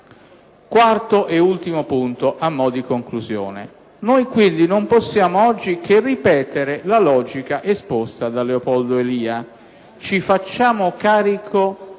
Quarto e ultimo punto, a mo' di conclusione: noi non possiamo oggi che ripetere la logica esposta da Leopoldo Elia. Ci facciamo carico,